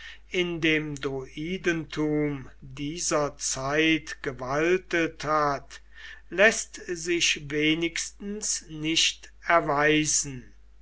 in dem druidentum dieser zeit gewaltet hat läßt sich wenigstens nicht erweisen